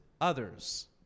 others